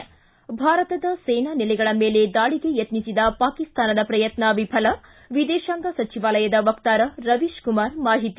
್ತು ಭಾರತದ ಸೇನಾ ನೆಲೆಗಳ ಮೇಲೆ ದಾಳಿಗೆ ಯತ್ನಿಸಿದ ಪಾಕಿಸ್ತಾನದ ಪ್ರಯತ್ನ ವಿಫಲ ವಿದೇಶಾಂಗ ಸಚಿವಾಲಯದ ವಕ್ತಾರ ರವೀಶ್ ಕುಮಾರ್ ಮಾಹಿತಿ